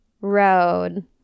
road